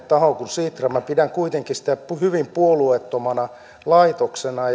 tahoon kuin sitra minä pidän kuitenkin sitä hyvin puolueettomana laitoksena